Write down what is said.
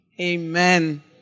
Amen